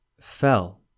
fell